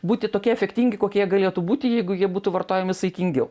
būti tokie efektingi kokie galėtų būti jeigu jie būtų vartojami saikingiau